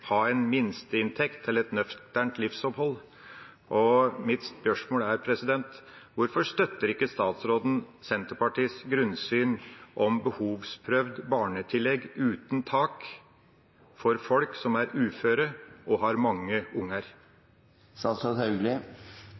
ha en minsteinntekt til et nøkternt livsopphold, og mitt spørsmål er: Hvorfor støtter ikke statsråden Senterpartiets grunnsyn om behovsprøvd barnetillegg uten tak for folk som er uføre og har mange